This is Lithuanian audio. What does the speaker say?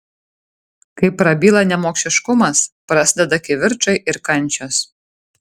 kai prabyla nemokšiškumas prasideda kivirčai ir kančios